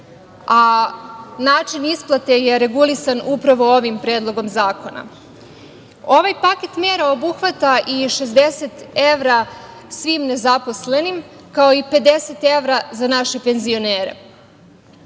a način isplate je regulisan upravo ovim predlogom zakona. Ovaj paket mera obuhvata i 60 evra svim nezaposlenim, kao i 50 evra za naše penzionere. Veoma